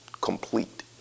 Complete